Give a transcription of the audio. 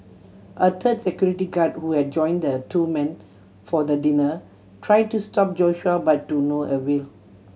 a third security guard who had joined the two men for the dinner try to stop Joshua but to no avail